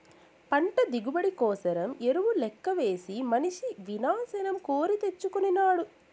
పంట దిగుబడి కోసరం ఎరువు లెక్కవేసి మనిసి వినాశం కోరి తెచ్చుకొనినాడు